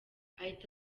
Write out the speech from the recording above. ahita